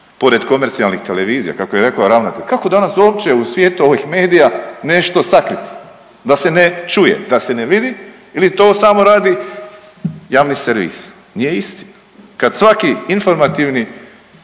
pored komercijalnih televizija kako je rekao ravnatelj? Kako danas uopće u svijetu ovih medija nešto sakriti da se ne čuje, da se ne vidi ili to samo radi javni servis? Nije istina, kad svaki informativni